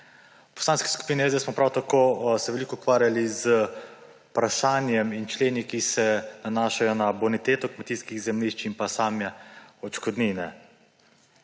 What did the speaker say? V Poslanski skupini SDS smo se prav tako veliko ukvarjali z vprašajem in členi, ki se nanašajo na boniteto kmetijskih zemljišč in same odškodnine.